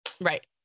right